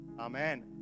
Amen